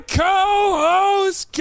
co-host